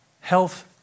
health